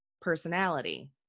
personality